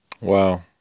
Wow